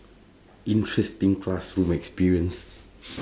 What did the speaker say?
interesting classroom experience